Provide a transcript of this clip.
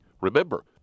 Remember